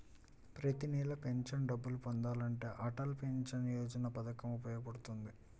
ప్రతి నెలా పెన్షన్ డబ్బులు పొందాలంటే అటల్ పెన్షన్ యోజన పథకం ఉపయోగపడుతుంది